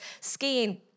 skiing